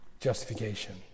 Justification